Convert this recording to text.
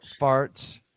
farts